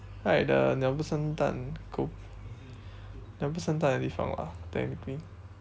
like the 鸟不生蛋狗鸟不生蛋的地方 lah technically